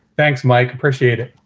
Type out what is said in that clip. thanks, mike. appreciate it.